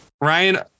Ryan